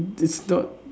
it's not